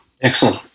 Excellent